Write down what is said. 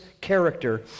character